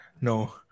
No